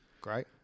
Great